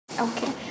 Okay